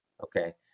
okay